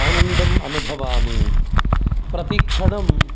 आनन्दम् अनुभवामि प्रतिक्षणं